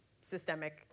systemic